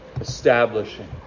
establishing